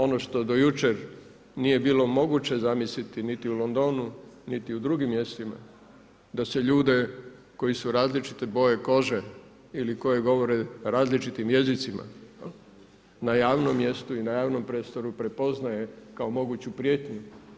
Ono što do jučer nije bilo moguće zamisliti niti u Londonu niti u drugim mjestima, da se ljude koji su različite boje kože ili koji govore različitim jezicima na javnom mjestu i na javnom prostoru prepoznaje kao moguću prijetnju.